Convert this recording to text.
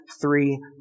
three